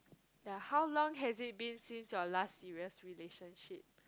ya how long has it been since your last serious relationship